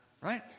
right